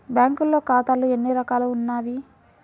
బ్యాంక్లో ఖాతాలు ఎన్ని రకాలు ఉన్నావి?